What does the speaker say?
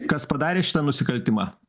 kas padarė šitą nusikaltimą